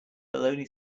baloney